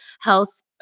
health